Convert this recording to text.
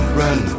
run